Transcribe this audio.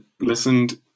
listened